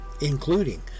including